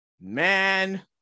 Man